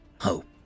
hope